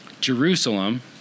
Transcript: Jerusalem